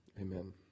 Amen